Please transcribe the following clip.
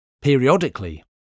Periodically